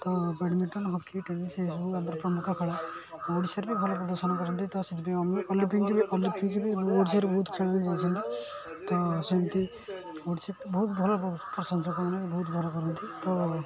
ତ badminton hockey tennis ଏଇ ସବୁ ଆମର ପ୍ରମୁଖ ଖେଳ ଆଁ ଓଡ଼ିଶାରେ ବି ଭଲ ପ୍ରଦର୍ଶନ କରନ୍ତି ତ ସେଥିପାଇଁ ଆମେ ଅଲମ୍ପିକ୍କି ବି ଅଲମ୍ପିକ୍କି ବି ଓଡ଼ିଶାରୁ ବହୁତ ଖେଳାଳି ଯାଇଛନ୍ତି ତ ସେମତି ଓଡ଼ିଶାରେ ବହୁତ ଭଲ ପ୍ରଶଂସକ ମାନେ ବହୁତ ଭଲ କରନ୍ତି ତ